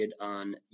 on